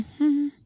-hmm